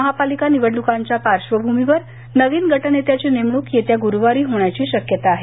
महापालिका निवडण्कांच्या पार्श्वभूमीवर नवीन गटनेत्यांची नेमणूक येत्या गुरुवारी होण्याची शक्यता आहे